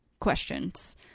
questions